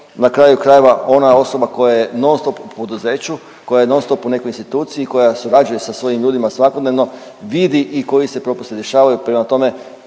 Na kraju krajeva, ona osoba koja je non stop u poduzeću, koja je non stop u nekoj instituciji i koja surađuje sa svojim ljudima svakodnevno, vidi i koji se propusti dešavaju. Prema tome